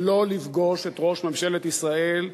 שלא לפגוש את ראש ממשלת ישראל,